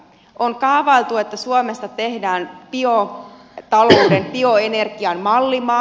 on kaavailtu että suomesta tehdään biotalouden bioenergian mallimaa